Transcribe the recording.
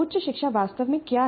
उच्च शिक्षा वास्तव में क्या है